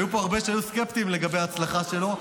היו פה הרבה שהיו סקפטיים לגבי ההצלחה שלו,